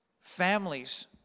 Families